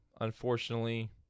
unfortunately